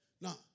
Now